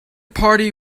party